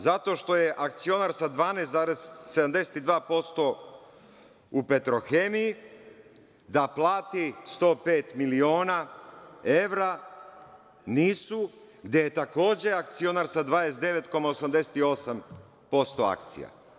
Zato što je akcionar sa 12,72% u „Petrohemiji“, da plati 105 miliona evra NIS-u, gde je takođe akcionar sa 29,88% akcija.